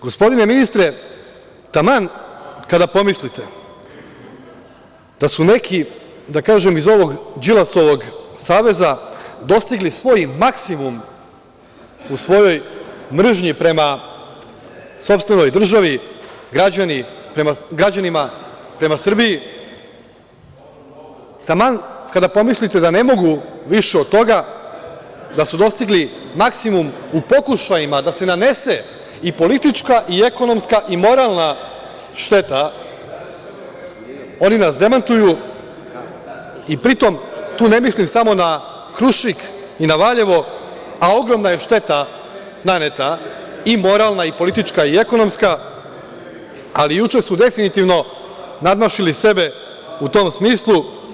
Gospodine ministre, taman kada pomislite da su neki da kažem iz ovog Đilasovog saveza dostigli svoj maksimum u svojoj mržnji prema sopstvenoj državi, prema građanima, prema Srbiji, taman kada pomislite da ne mogu više od toga, da su dostigli maksimum u pokušajima da se nanese i politička i ekonomska i moralna šteta, oni nas demantuju i pri tom, tu ne mislim samo na „Krušik“ i na Valjevo, a ogromna je šteta naneta i moralna i politička i ekonomska, ali juče su definitivno nadmašili sebe u tom smislu.